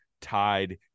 tied